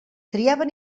triaven